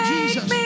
Jesus